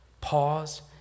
Pause